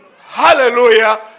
Hallelujah